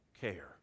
care